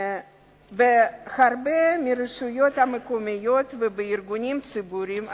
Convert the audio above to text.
בהרבה מהרשויות המקומיות ובארגונים ציבוריים אחרים,